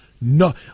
no